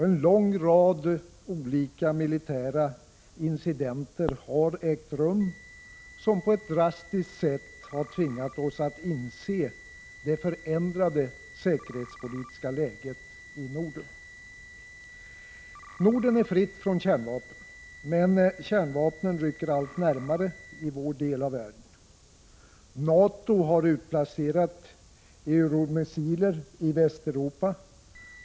En lång rad olika militära incidenter har ägt rum, som på ett drastiskt sätt tvingat oss att inse det förändrade säkerhetspolitiska läget i Norden. Norden är fritt från kärnvapen, men kärnvapen rycker allt närmare vår del av världen. NATO har utplacerat euromissiler i Västeuropa.